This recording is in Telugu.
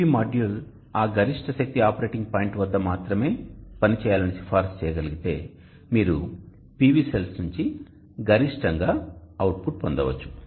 PV మాడ్యూల్ ఆ గరిష్ట శక్తి ఆపరేటింగ్ పాయింట్ వద్ద మాత్రమే పనిచేయాలని సిఫార్సు చేయగలిగితే మీరు PV సెల్స్ నుండి గరిష్టంగా అవుట్ఫుట్ పొందవచ్చు